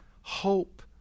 hope